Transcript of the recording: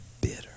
bitter